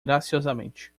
graciosamente